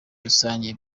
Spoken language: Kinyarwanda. rusange